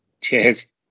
Cheers